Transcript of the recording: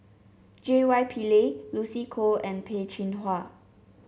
J Y Pillay Lucy Koh and Peh Chin Hua